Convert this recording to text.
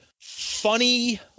funny